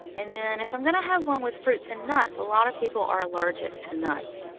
and then if i'm going to have one with fruits and nuts, a lot of people are allergic to nuts.